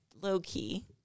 low-key